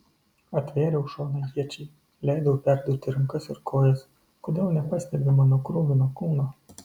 atvėriau šoną iečiai leidau perdurti rankas ir kojas kodėl nepastebi mano kruvino kūno